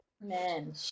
Man